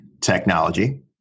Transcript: technology